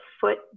foot